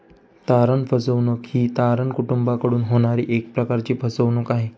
तारण फसवणूक ही तारण कुटूंबाकडून होणारी एक प्रकारची फसवणूक आहे